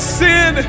sin